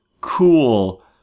Cool